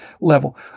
level